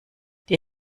die